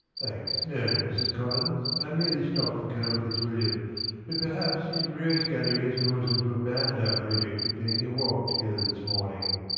thanks, no, mrs. collins i merely stopped for colonel fitzwilliam but perhaps his rose-gathering has caused him to abandon our project of taking a walk together this morning.